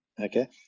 Okay